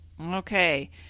Okay